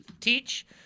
teach